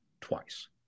twice